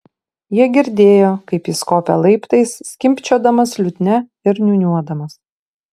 jie girdėjo kaip jis kopia laiptais skimbčiodamas liutnia ir niūniuodamas